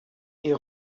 est